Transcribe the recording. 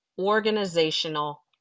organizational